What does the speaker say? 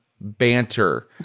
banter